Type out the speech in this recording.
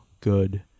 good